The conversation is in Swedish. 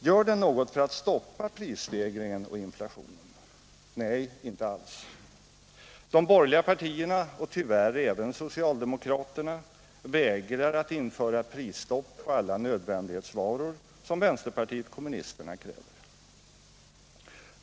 Gör den något för att stoppa prisstegringen och inflationen? Nej, inte alls. De borgerliga partierna — och tyvärr även socialdemokraterna — vägrar att införa prisstopp på alla nödvändighetsvaror, som vänsterpartiet kommunisterna kräver.